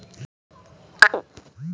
coastal ইলাকা গুলাতে যে রকম আবহাওয়া থ্যাকে